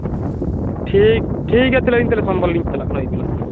ᱴᱷᱤᱠ ᱴᱷᱤᱠ ᱜᱮᱭᱟ ᱛᱟᱦᱚᱞᱮ ᱤᱧ ᱛᱟᱦᱚᱞᱮ ᱥᱚᱢᱵᱟᱨ ᱞᱤᱧ ᱪᱟᱞᱟᱜ ᱠᱟᱱᱟ